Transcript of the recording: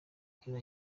bwira